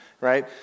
right